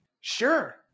Sure